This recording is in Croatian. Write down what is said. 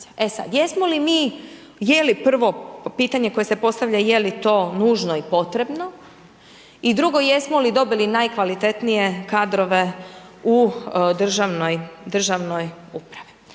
E sad, jesmo li mi, je li prvo pitanje koje se postavlja je li to nužno i potrebno i drugo, jesmo li dobili najkvalitetnije kadrove u državnoj upravi.